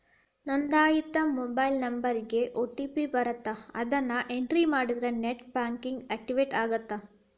ನೋಂದಾಯಿತ ಮೊಬೈಲ್ ನಂಬರ್ಗಿ ಓ.ಟಿ.ಪಿ ಬರತ್ತ ಅದನ್ನ ಎಂಟ್ರಿ ಮಾಡಿದ್ರ ನೆಟ್ ಬ್ಯಾಂಕಿಂಗ್ ಆಕ್ಟಿವೇಟ್ ಆಗತ್ತ